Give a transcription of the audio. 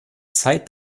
zeit